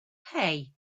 hey